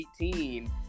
18